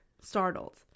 startled